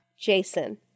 Jason